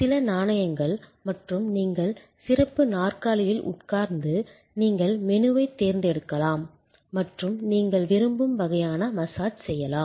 சில நாணயங்கள் மற்றும் நீங்கள் சிறப்பு நாற்காலியில் உட்கார்ந்து நீங்கள் மெனுவைத் தேர்ந்தெடுக்கலாம் மற்றும் நீங்கள் விரும்பும் வகையான மசாஜ் செய்யலாம்